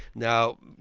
now